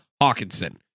Hawkinson